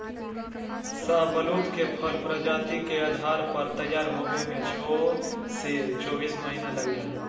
शाहबलूत के फल प्रजाति के आधार पर तैयार होवे में छो से चोबीस महीना लग जा हई